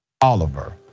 Oliver